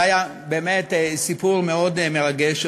זה היה באמת סיפור מאוד מרגש,